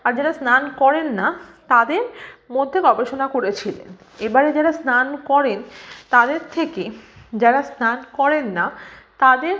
আর যারা স্নান করেন না তাদের মধ্যে গবেষণা করেছিলেন এবারে যারা স্নান করেন তাদের থেকে যারা স্নান করেন না তাদের